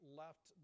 left